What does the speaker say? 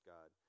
God